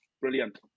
Brilliant